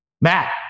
Matt